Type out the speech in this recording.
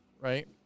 right